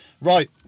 Right